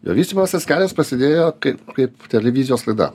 ir vystymasis kelias prasidėjo kaip kaip televizijos laida